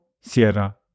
Sierra